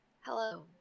Hello